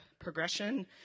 progression